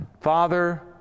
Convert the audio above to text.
Father